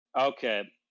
Okay